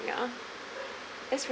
ya that's